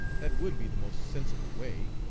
that would be the most sensible way.